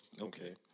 Okay